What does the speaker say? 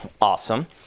awesome